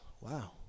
Wow